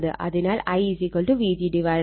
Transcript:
അതിനാൽ IVg l Zg RL